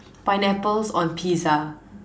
pineapples on pizza